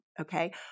okay